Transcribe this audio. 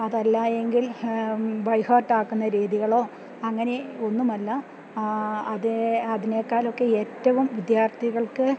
അതല്ലായെങ്കിൽ by heart ആക്കുന്ന രീതികളോ അങ്ങനെ ഒന്നുമല്ല അതേ അതിനേക്കാളൊക്കെ ഏറ്റവും വിദ്യാർത്ഥികൾക്ക്